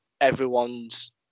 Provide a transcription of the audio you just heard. everyone's